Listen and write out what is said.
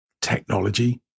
technology